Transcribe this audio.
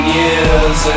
years